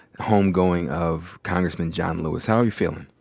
home-going of congressman john lewis. how are you feeling?